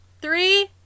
Three